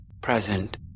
present